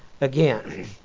again